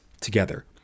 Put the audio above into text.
together